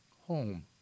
home